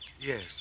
Yes